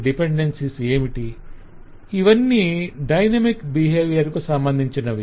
- ఇవన్నీ dynamic behaviour కు సంబంధించినవి